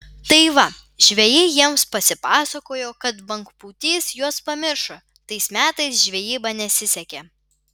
tai va žvejai jiems pasipasakojo kad bangpūtys juos pamiršo tais metais žvejyba nesisekė